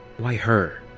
why her?